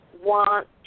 want